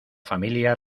familia